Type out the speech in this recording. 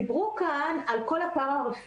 דיברו כאן על כל הפרה-רפואיים.